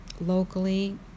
locally